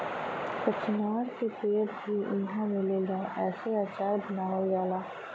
कचनार के पेड़ भी इहाँ मिलेला एसे अचार बनावल जाला